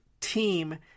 team